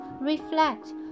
reflect